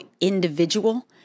individual